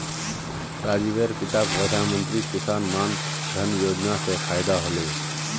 राजीवेर पिताक प्रधानमंत्री किसान मान धन योजना स फायदा ह ले